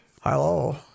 hello